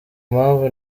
mpamvu